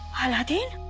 aladdin